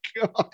god